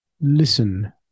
Listen